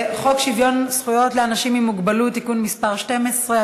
שוויון זכויות לאנשים עם מוגבלות (תיקון מס' 12),